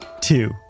Two